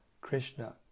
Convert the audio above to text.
Krishna